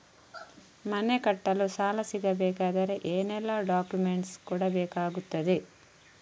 ಮನೆ ಕಟ್ಟಲು ಸಾಲ ಸಿಗಬೇಕಾದರೆ ಏನೆಲ್ಲಾ ಡಾಕ್ಯುಮೆಂಟ್ಸ್ ಕೊಡಬೇಕಾಗುತ್ತದೆ?